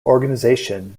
organization